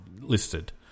listed